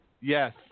Yes